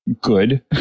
good